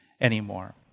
anymore